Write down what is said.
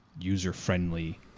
user-friendly